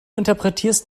interpretierst